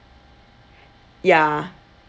yeah